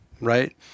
right